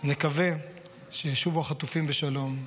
נקווה שישובו החטופים בשלום,